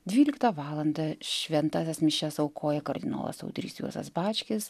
dvyliktą valandą šventąsias mišias aukoja kardinolas audrys juozas bačkis